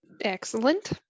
Excellent